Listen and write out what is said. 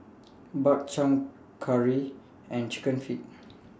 Bak Chang Curry and Chicken Feet